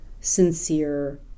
sincere